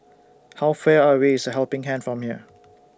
How Far away IS The Helping Hand from here